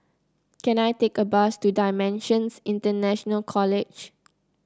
can I take a bus to Dimensions International College